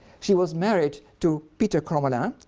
she was married to pieter crommelin,